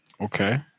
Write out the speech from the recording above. Okay